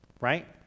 right